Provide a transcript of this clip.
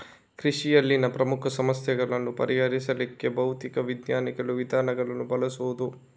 ಕೃಷಿಯಲ್ಲಿನ ಪ್ರಮುಖ ಸಮಸ್ಯೆಗಳನ್ನ ಪರಿಹರಿಸ್ಲಿಕ್ಕೆ ಭೌತಿಕ ವಿಜ್ಞಾನಗಳ ವಿಧಾನಗಳನ್ನ ಬಳಸುದು